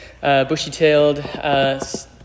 bushy-tailed